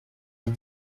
les